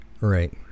Right